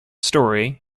story